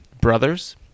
Brothers